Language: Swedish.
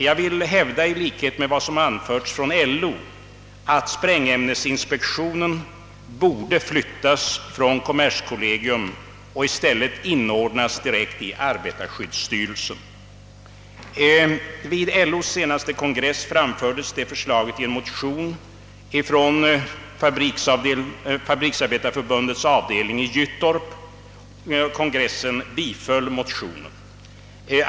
Jag vill hävda — i likhet med vad som anförts från LO — att sprängämnesinspektionen borde flyttas från kommerskollegium och i stället inordnas direkt i arbetarskyddsstyrelsen. Vid LO:s senaste kongress framfördes detta förslag i en motion från Fabriksarbetareförbundets avdelning i Gyttorp. Kongressen biföll motionen.